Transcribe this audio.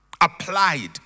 applied